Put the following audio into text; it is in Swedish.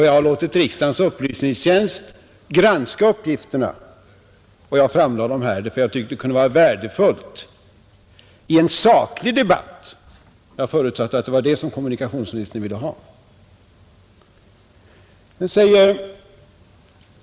Jag har låtit riksdagens upplysningstjänst granska uppgifterna, och jag framlade dem här därför att jag tyckte det kunde vara värdefullt i en saklig debatt — jag förutsatte att det var en sådan som kommunikationsministern ville ha.